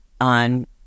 on